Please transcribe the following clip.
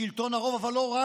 אבל לא רק שלטון הרוב.